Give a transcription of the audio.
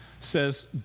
says